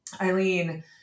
Eileen